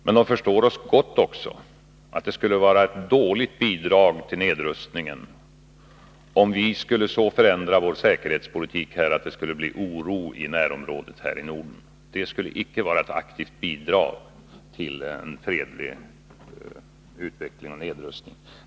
Men man förstår också gott att det skulle vara ett dåligt bidrag till nedrustningen, om vi skulle så förändra vår säkerhetspolitik att det skulle bli oro i närområdet här i Norden. Det skulle icke vara ett aktivt bidrag till en fredlig utveckling och nedrustning.